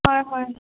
হয় হয়